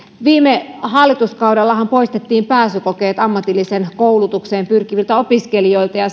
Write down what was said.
viime hallituskaudellahan poistettiin pääsykokeet ammatilliseen koulutukseen pyrkiviltä opiskelijoilta ja